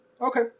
Okay